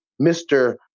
Mr